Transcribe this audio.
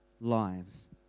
lives